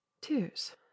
Tears